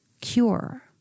cure